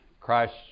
Christ